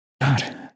God